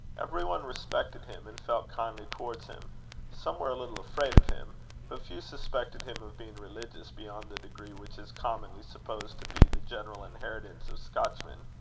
every one respected him, and felt kindly towards him some were a little afraid of him but few suspected him of being religious beyond the degree which is commonly supposed to be the general inheritance of scotchmen,